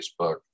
Facebook